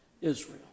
Israel